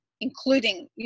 including